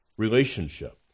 Relationship